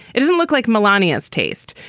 it doesn't look like melania's taste.